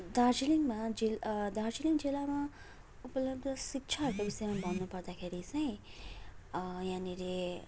दार्जिलिङमा जिल् दार्जिलिङ जिल्लामा उपलब्ध शिक्षाहरूको विषयमा भन्नु पर्दाखेरि चाहिँ यहाँनिर